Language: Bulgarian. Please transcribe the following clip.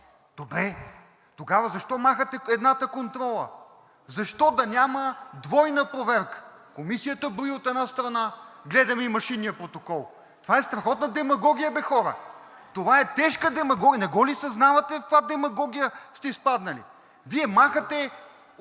Добре, тогава защо махате едната контрола? Защо да няма двойна проверка? Комисията брои от една страна, гледаме и машинния протокол. Това е страхотна демагогия бе, хора! Това е тежка демагогия! Не го ли създавате в каква демагогия сте изпаднали? Вие махате контрола